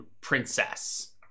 princess